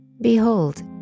Behold